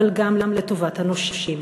אבל גם לטובת הנושים.